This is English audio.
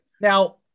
Now